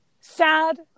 Sad